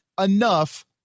enough